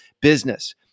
business